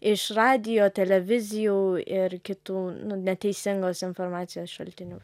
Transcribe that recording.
iš radijo televizijų ir kitų neteisingos informacijos šaltinių